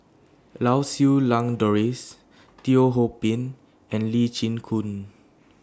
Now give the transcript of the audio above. Lau Siew Lang Doris Teo Ho Pin and Lee Chin Koon